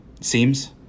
Seems